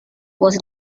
was